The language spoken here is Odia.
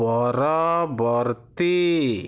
ପରବର୍ତ୍ତୀ